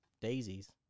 daisies